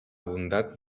bondat